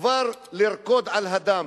כבר לרקוד על הדם.